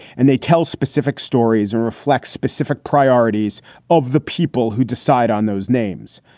and they tell specific stories or reflect specific priorities of the people who decide on those names.